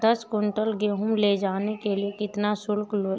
दस कुंटल गेहूँ ले जाने के लिए कितना शुल्क लगेगा?